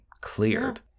cleared